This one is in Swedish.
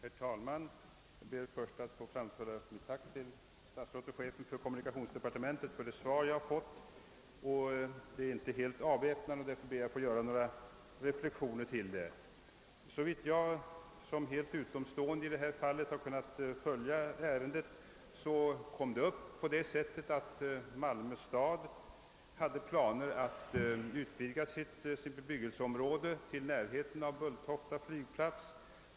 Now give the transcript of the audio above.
Herr talman! Jag ber att få framföra mitt tack till statsrådet och chefen för kommunikationsdepartementet för det svar jag fått. Det är inte helt avväpnande; därför ber jag att få göra några reflexioner till det. Såvitt jag som helt utomstående kunnat följa ärendet kom det upp på det sättet att Malmö stad hade planer på att utvidga sitt bebyggelseområde till närheten av Bulltofta flygplats.